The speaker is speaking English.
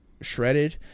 shredded